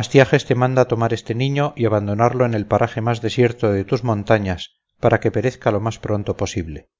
astiages te manda tomar este niño y abandonarlo en el paraje más desierto de tus montañas para que perezca lo más pronto posible